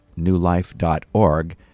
newlife.org